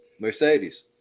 Mercedes